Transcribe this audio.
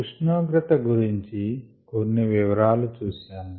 ఉష్ణోగ్రత గురించి కొన్ని వివరాలు చూశాము